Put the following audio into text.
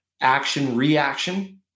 action-reaction